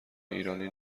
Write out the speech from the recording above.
ایرانی